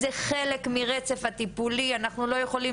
זה חלק מהרצף הטיפולי ואנחנו לא יכולים